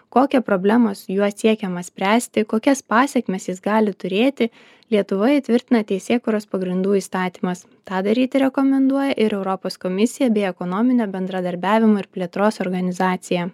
kokią problemą su juo siekiama spręsti kokias pasekmes jis gali turėti lietuvoje įtvirtina teisėkūros pagrindų įstatymas tą daryti rekomenduoja ir europos komisija bei ekonominio bendradarbiavimo ir plėtros organizacija